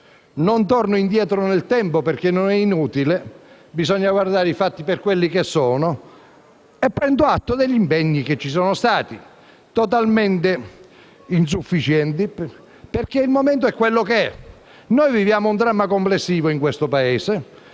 Non torno indietro nel tempo, perché sarebbe inutile. Bisogna guardare ai fatti per quello che sono. Così prendo atto degli impegni che ci sono stati, totalmente insufficienti perché il momento è quello che è. Noi viviamo un dramma complessivo in questo Paese,